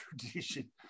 tradition